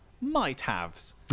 might-haves